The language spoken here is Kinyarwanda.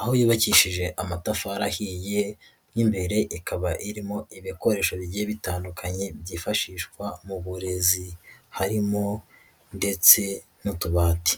aho yubakishije amatafari ahiye, mo imbere ikaba irimo ibikoresho bigiye bitandukanye byifashishwa mu burezi. Harimo ndetse n'utubati.